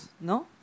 no